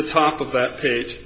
the top of that page